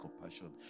compassion